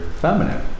feminine